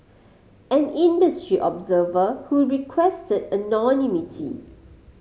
an industry observer who requested anonymity